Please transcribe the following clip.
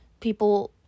People